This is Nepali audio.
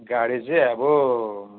गाडी चाहिँ अब